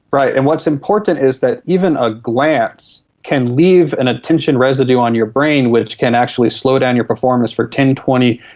right, and what's important is that even a glance can leave an attention residue on your brain which can actually slow down your performance for ten, twenty,